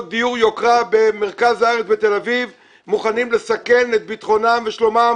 דיור-יוקרה במרכז הארץ מוכנים לסכן את ביטחונם ושלומם,